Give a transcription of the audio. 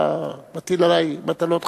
אתה מטיל עלי מטלות חריפות.